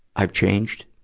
i've changed,